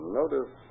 notice